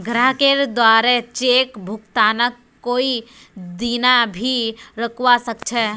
ग्राहकेर द्वारे चेक भुगतानक कोई दीना भी रोकवा सख छ